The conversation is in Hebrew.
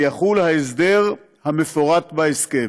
ויחול ההסדר המפורט בהסכם.